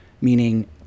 meaning